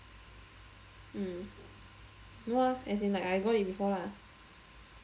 mm no ah as in like I got it before lah